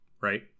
right